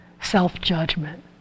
self-judgment